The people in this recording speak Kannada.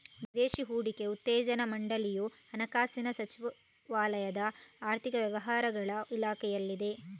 ವಿದೇಶಿ ಹೂಡಿಕೆ ಉತ್ತೇಜನಾ ಮಂಡಳಿಯು ಹಣಕಾಸು ಸಚಿವಾಲಯದ ಆರ್ಥಿಕ ವ್ಯವಹಾರಗಳ ಇಲಾಖೆಯಲ್ಲಿದೆ